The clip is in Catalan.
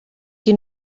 qui